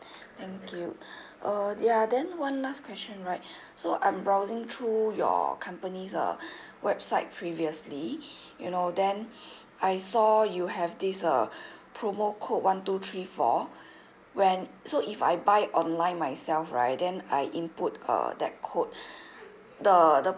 thank you oh ya then one last question right so I'm browsing through your company's uh website previously you know then I saw you have this uh promo code one two three four when so if I buy online myself right then I input uh that code the the